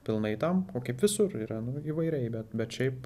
pilnai tam o kaip visur yra nu įvairiai bet bet šiaip